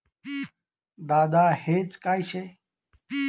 दादा हेज काय शे?